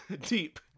Deep